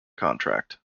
contract